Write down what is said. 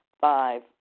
Five